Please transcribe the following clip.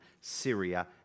Syria